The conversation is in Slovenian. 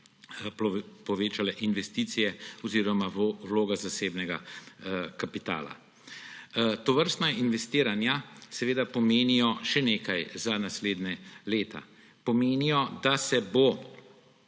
povečale investicije oziroma vloga zasebnega kapitala. Tovrstna investiranja pomenijo še nekaj za naslednja leta. Pomenijo, da se bo